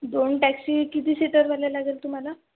दोन टॅक्सी किती सीटरवाल्या लागेल तुम्हाला